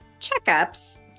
checkups